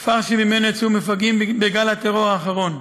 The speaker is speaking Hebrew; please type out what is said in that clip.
הכפר שממנו יצאו מפגעים בגל הטרור האחרון.